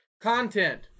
Content